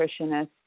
nutritionist